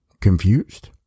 Confused